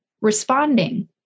responding